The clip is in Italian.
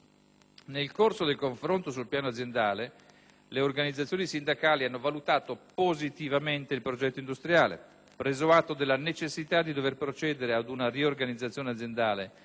Nel corso del confronto sul piano aziendale, le organizzazioni sindacali hanno valutato positivamente il progetto industriale. Preso atto della necessità di procedere ad una riorganizzazione aziendale